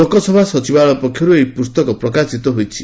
ଲୋକସଭା ସଚିବାଳୟ ପକ୍ଷରୁ ଏହି ପୁସ୍ତକ ପ୍ରକାଶିତ ହୋଇଛି